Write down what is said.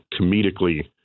comedically